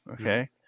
okay